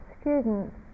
students